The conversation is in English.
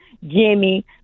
Jimmy